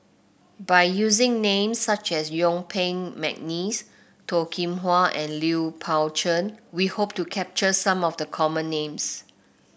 by using names such as Yuen Peng McNeice Toh Kim Hwa and Lui Pao Chuen we hope to capture some of the common names